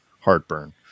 heartburn